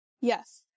Yes